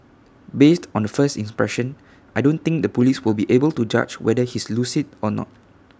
based on the first impression I don't think the Police will be able to judge whether he's lucid or not